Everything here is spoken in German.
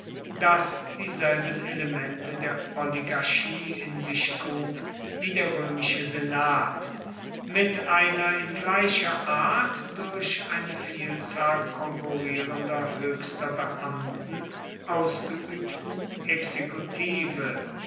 das dieselben elemente der oligarchie in sich trug wie der römische senat mit einer in gleicher art durch eine vielzahl konkurrierender höchster beamten ausgeübten exekutive